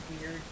weird